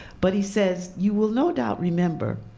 but he says, you will no doubt remember